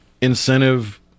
incentive